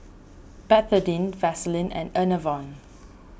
Betadine Vaselin and Enervon